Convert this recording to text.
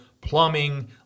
plumbing